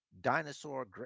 dinosaur